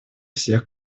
всех